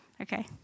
okay